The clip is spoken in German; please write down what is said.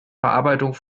verarbeitung